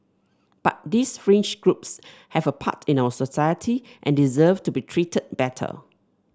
but these fringe groups have a part in our society and deserve to be treated better